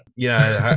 yeah,